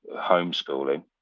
homeschooling